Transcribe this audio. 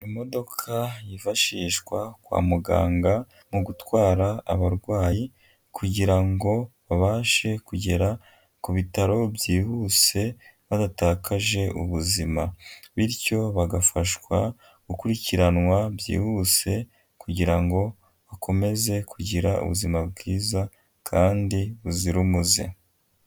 Imodoka yifashishwa kwa muganga mu gutwara abarwayi kugira ngo babashe kugera ku bitaro byihuse badatakaje ubuzima, bityo bagafashwa gukurikiranwa byihuse kugira ngo bakomeze kugira ubuzima bwiza kandi buzira umuze.